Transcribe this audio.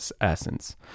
essence